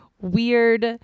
weird